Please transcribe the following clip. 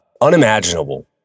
unimaginable